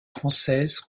française